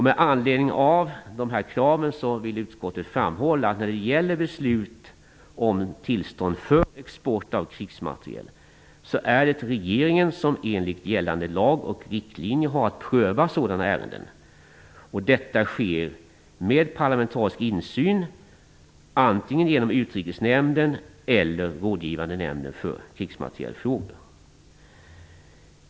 Med anledning av dessa krav vill utskottet framhålla att det enligt gällande lag och riktlinjer är regeringen som har att pröva ärenden om tillstånd för export av krigsmateriel. Detta sker med parlamentarisk insyn, antingen genom Utrikesnämnden eller rådgivande nämnden för krigsmaterielfrågor.